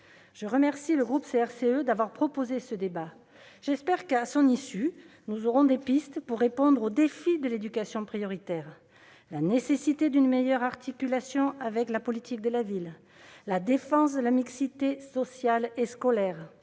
Je remercie le groupe CRCE d'avoir proposé ce débat. J'espère que, à son issue, nous aurons des pistes pour répondre aux défis de l'éducation prioritaire : la nécessité d'une meilleure articulation avec la politique de la ville, la défense de la mixité sociale et scolaire,